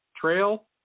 Trail